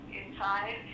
inside